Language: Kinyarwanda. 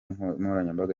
nkoranyambaga